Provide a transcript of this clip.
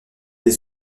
des